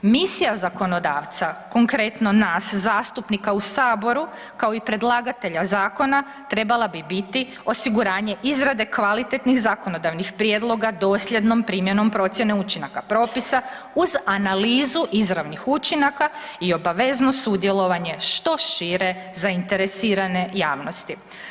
Misija zakonodavca, konkretno nas zastupnika u saboru, kao i predlagatelja zakona trebala bi biti osiguranje izrade kvalitetnih zakonodavnih prijedloga dosljednom primjenom procjene učinaka propisa uz analizu izravnih učinaka i obavezno sudjelovanje što šire zainteresirane javnosti.